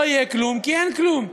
לא יהיה כלום כי אין כלום.